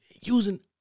Using